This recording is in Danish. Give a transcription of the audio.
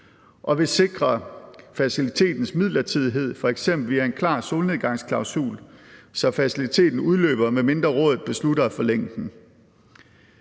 og vil sikre facilitetens midlertidighed via f.eks. en klar solnedgangsklausul, så faciliteten udløber, medmindre Rådet beslutter at forlænge den.